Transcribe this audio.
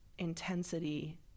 intensity